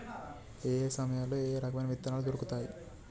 ఏయే సమయాల్లో ఏయే రకమైన విత్తనాలు దొరుకుతాయి?